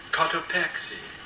Cotopaxi